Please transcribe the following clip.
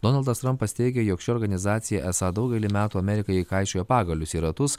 donaldas trampas teigė jog ši organizacija esą daugelį metų amerikai kaišiojo pagalius į ratus